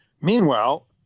Meanwhile